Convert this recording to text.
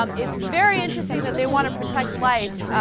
um it's very interesting that they want to protect life ah.